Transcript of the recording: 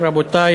רבותי